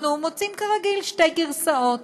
אנחנו מוצאים כרגיל שתי גרסאות.